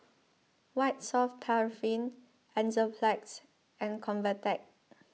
White Soft Paraffin Enzyplex and Convatec